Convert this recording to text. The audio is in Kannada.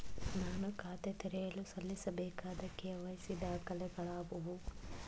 ನಾನು ಖಾತೆ ತೆರೆಯಲು ಸಲ್ಲಿಸಬೇಕಾದ ಕೆ.ವೈ.ಸಿ ದಾಖಲೆಗಳಾವವು?